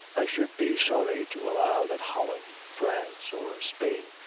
i should be sorry to allow that holland, france, or spain,